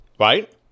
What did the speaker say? right